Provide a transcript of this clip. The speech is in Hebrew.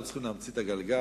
לא צריכים להמציא את הגלגל.